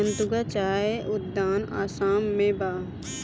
गतूंगा चाय उद्यान आसाम में बा